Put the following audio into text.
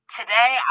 Today